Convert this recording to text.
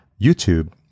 YouTube